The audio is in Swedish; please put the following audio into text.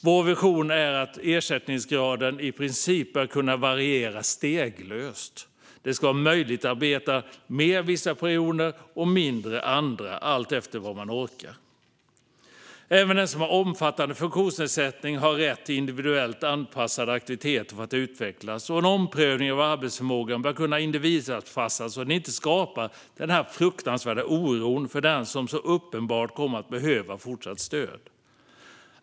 Vår vision är att ersättningsgraden i princip bör kunna variera steglöst. Det ska vara möjligt att arbeta mer vissa perioder och mindre andra, alltefter vad man orkar. Även den som har en omfattande funktionsnedsättning har rätt till individuellt anpassade aktiviteter för att utvecklas. En omprövning av arbetsförmågan bör kunna individanpassas så den inte skapar en fruktansvärd oro för den som så uppenbart kommer att behöva fortsatt stöd.